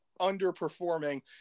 underperforming